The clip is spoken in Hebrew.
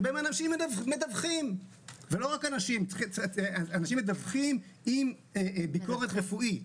שאנשים מדווחים, עם ביקורת רפואית.